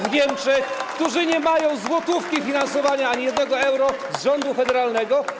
w Niemczech, którzy nie mają ani złotówki finansowania, ani jednego euro od rządu federalnego.